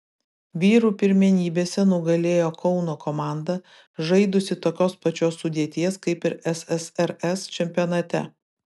vyrų pirmenybėse nugalėjo kauno komanda žaidusi tokios pačios sudėties kaip ir ssrs čempionate